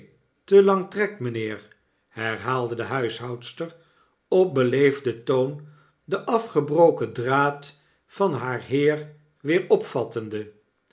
te lang trekt miinheer herhaalde de huishoudster op beleefden toon den afgebroken draad van haar heer weer opvattende